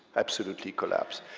absolutely collapse,